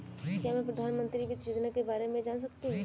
क्या मैं प्रधानमंत्री वित्त योजना के बारे में जान सकती हूँ?